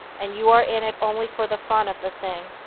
and you are in it only for the fun of the thing.